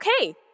okay